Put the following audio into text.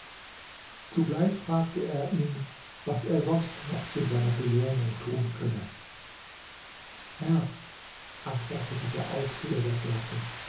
zugleich fragte er ihn was er sonst noch zu seiner belohnung tun könne herr antwortete der aufseher der gärten